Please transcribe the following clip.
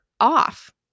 off